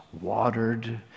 watered